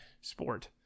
sport